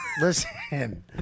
Listen